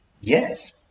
yes